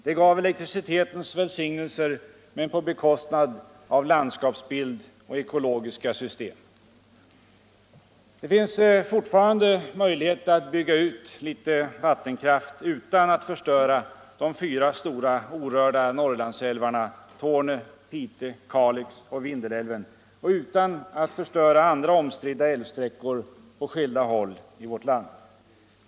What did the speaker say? Det gav elektricitetens välsignelser men på bekostnad av landskapsbild och ekologiska system. Det finns fortfarande möjlighet att bygga ut litet vattenkraft utan att förstöra de fyra stora orörda Norrlandsälvarna Torne, Pite och Kalix älvar samt Vindelälven och utan att förstöra andra omstridda älvsträckor på skilda håll i vårt land.